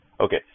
Okay